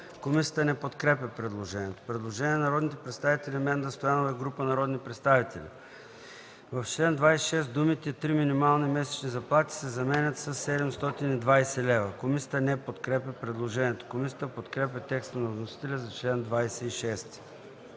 Комисията не подкрепя предложението. Има предложение от народните представители Менда Стоянова и група народни представители: В чл. 26 думите „три минимални месечни заплати” се заменят със „720 лв.”. Комисията не подкрепя предложението. Комисията подкрепя текста на вносителя за чл. 26.